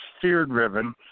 fear-driven